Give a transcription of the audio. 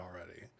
already